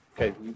Okay